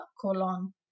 colon